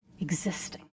existing